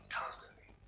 constantly